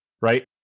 right